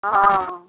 हॅं